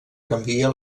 canvia